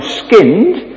skinned